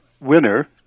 winner